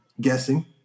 guessing